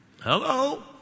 Hello